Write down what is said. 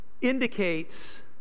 indicates